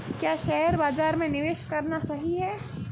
क्या शेयर बाज़ार में निवेश करना सही है?